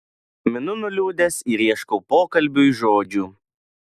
minu nuliūdęs ir ieškau pokalbiui žodžių